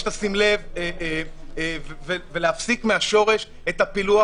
יש לשים לב ולהפסיק מהשורש את הפילוח,